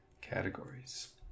categories